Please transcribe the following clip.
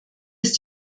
ist